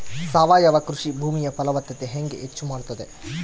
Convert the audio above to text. ಸಾವಯವ ಕೃಷಿ ಭೂಮಿಯ ಫಲವತ್ತತೆ ಹೆಂಗೆ ಹೆಚ್ಚು ಮಾಡುತ್ತದೆ?